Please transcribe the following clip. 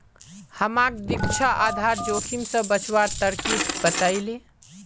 हमाक दीक्षा आधार जोखिम स बचवार तरकीब बतइ ले